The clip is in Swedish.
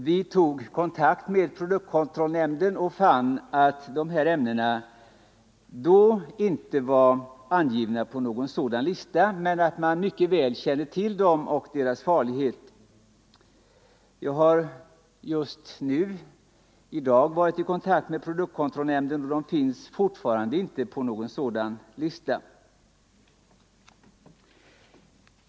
Vi tog kontakt med produktkontrollnämnden och fann att dessa 28 november 1974 ämnen då inte var angivna på någon sådan lista men att man mycket väl kände till dem och deras farlighet. Jag har i dag varit i kontakt = Miljövårdspolitimed produktkontrollnämnden, och dessa ämnen finns fortfarande inte ken, m.m. på någon lista av det här slaget.